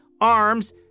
arms